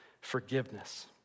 forgiveness